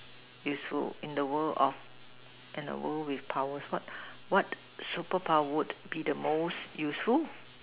useful in the world of and the world is powered what the super power is the most useful